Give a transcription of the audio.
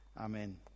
Amen